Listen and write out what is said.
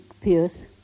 pierce